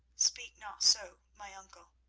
speak not so, my uncle,